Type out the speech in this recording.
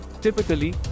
typically